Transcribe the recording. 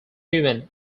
human